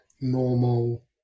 Normal